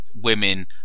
women